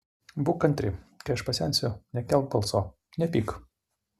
būk kantri kai aš pasensiu nekelk balso nepyk